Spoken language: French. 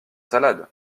salades